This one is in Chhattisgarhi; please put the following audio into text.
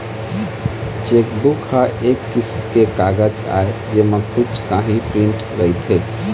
चेकबूक ह एक किसम के कागज आय जेमा कुछ काही प्रिंट रहिथे